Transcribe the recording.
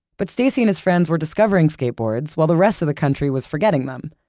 but stacy and his friends were discovering skateboards, while the rest of the country was forgetting them.